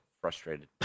frustrated